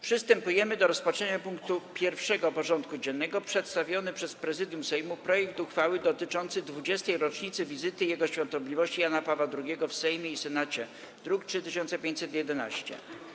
Przystępujemy do rozpatrzenia punktu 1. porządku dziennego: Przedstawiony przez Prezydium Sejmu projekt uchwały dotyczącej 20. rocznicy wizyty Jego Świętobliwości Jana Pawła II w Sejmie i Senacie (druk nr 3511)